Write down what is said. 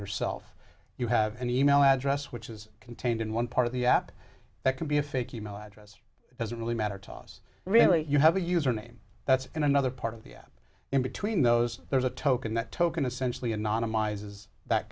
yourself you have an e mail address which is contained in one part of the app that can be a fake e mail address it doesn't really matter toss really you have a username that's in another part of the in between those there's a token that token essentially anonymize that